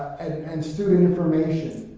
and and student information.